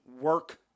Work